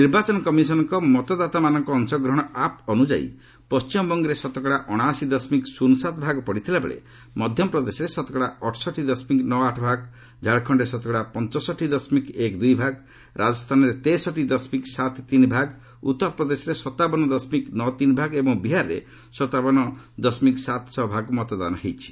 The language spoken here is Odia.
ନିର୍ବାଚନ କମିଶନଙ୍କ ମତଦାତାମାନଙ୍କ ଅଂଶଗ୍ରହଣ ଆପ୍ ଅନୁଯାୟୀ ପଶ୍ଚିମବଙ୍ଗରେ ଶତକଡ଼ା ଅଣାଅଶି ଦଶମିକ ଶ୍ରନସାତ୍ ଭାଗ ପଡ଼ିଥିଲାବେଳେ ମଧ୍ୟପ୍ରଦେଶରେ ଶକତଡ଼ା ଅଠଷଠି ଦଶମିକ ନଅ ଆଠ ଭାଗ ଝାଡ଼ଖଣ୍ଡରେ ଶତକଡ଼ା ପଞ୍ଚଷଠି ଦଶମିକ ଏକ ଦୁଇ ଭାଗ ରାଜସ୍ଥାନରେ ତେଷଠି ଦଶମିକ ସାତ ତିନି ଭାଗ ଉତ୍ତରପ୍ରଦେଶରେ ସତାବନ ଦଶମିକ ନଅ ତିନି ଭାଗ ଏବଂ ବିହାରରେ ସତାବନ ଦଶମିକ ସାତ ଛଅ ଭାଗ ମତଦାନ ହୋଇଛି